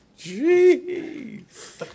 jeez